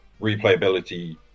replayability